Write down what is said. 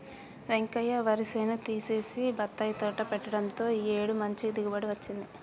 వెంకయ్య వరి చేను తీసేసి బత్తాయి తోట పెట్టడంతో ఈ ఏడు మంచి దిగుబడి వచ్చింది